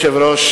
למעט יושב-ראש